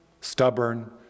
stubborn